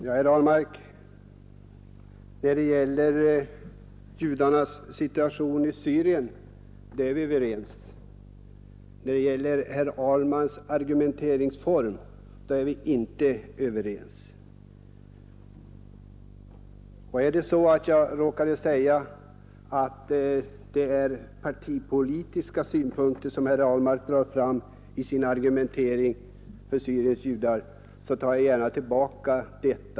Herr talman! När det gäller judarnas situation i Syrien, herr Ahlmark, är vi överens. Men då det gäller herr Ahlmarks argumenteringsform är vi inte överens. Om jag råkade säga att herr Ahlmark drar fram partipolitiska synpunkter i sin argumentering för Syriens judar, tar jag gärna tillbaka detta.